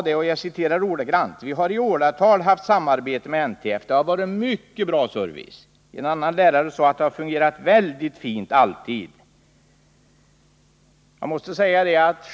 En lärare sade: ”Vi har i åratal haft samarbete med NTF, och det har varit en mycket bra service.” En annan lärare sade att ”samarbetet alltid fungerat väldigt fint”.